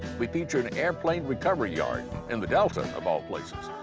we feature an airplane recovery yard in the delta of all places.